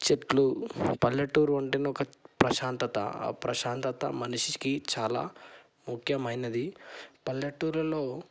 చెట్లు పల్లెటూరు అంటేనే ఒక ప్రశాంతత ఆ ప్రశాంతత మనిషికి చాలా ముఖ్యమైనది పల్లెటూరులో